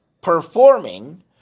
performing